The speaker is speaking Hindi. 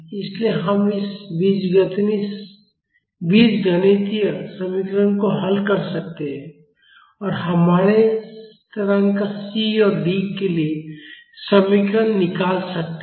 इसलिए हम इस बीजगणितीय समीकरण को हल कर सकते हैं और हमारे स्थिरांक C और D के लिए समीकरण निकाल सकते हैं